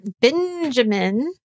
Benjamin